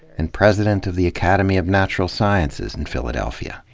and president of the academy of natural sciences in philadelphia.